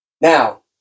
Now